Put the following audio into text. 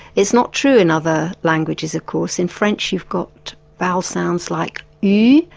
it's not true in other languages of course. in french you've got vowel sounds like eu,